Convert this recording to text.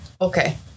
Okay